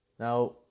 Now